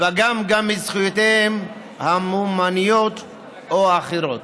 פגם את זכויותיהם הממוניות או האחרות".